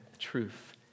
truth